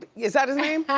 is that his name?